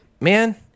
Man